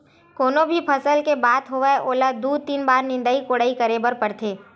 कोनो भी फसल के बात होवय ओला दू, तीन बार निंदई कोड़ई करे बर परथे